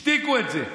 השתיקו את זה.